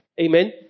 Amen